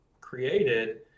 created